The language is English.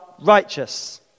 righteous